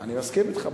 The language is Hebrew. אני מסכים אתך.